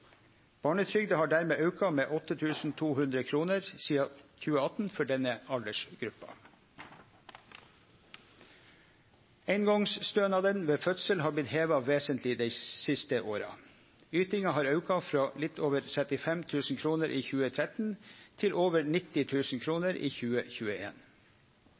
har dermed auka med 8 200 kr sidan 2018 for denne aldersgruppa. Eingongsstønaden ved fødsel har blitt heva vesentleg dei siste åra. Ytinga har auka frå litt over 35 000 kr i 2013 til over 90 000 kr i